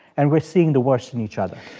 and we're seeing the worst in each other?